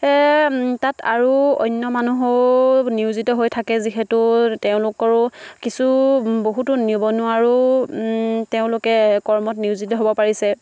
তাত আৰু অন্য মানুহো নিয়োজিত হৈ থাকে যিহেতু তেওঁলোকৰো কিছু বহুতো নিবনুৱাৰো তেওঁলোকে কৰ্মত নিয়োজিত হ'ব পাৰিছে